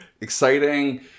exciting